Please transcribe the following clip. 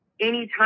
anytime